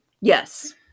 yes